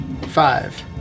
Five